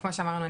כמו שאמרנו,